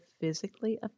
physically